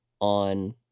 on